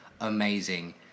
amazing